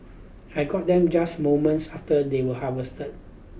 I got them just moments after they were harvested